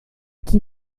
qui